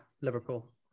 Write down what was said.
Liverpool